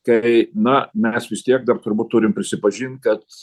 kai na mes vis tiek dar turbūt turim prisipažint kad